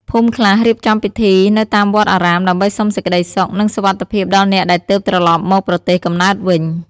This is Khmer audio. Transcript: ភូមិខ្លះរៀបចំពិធីនៅតាមវត្តអារាម ដើម្បីសុំសេចក្ដីសុខ និងសុវត្ថិភាពដល់អ្នកដែលទើបត្រឡប់មកប្រទេសកំណើតវិញ។